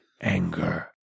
anger